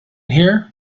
here